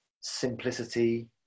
simplicity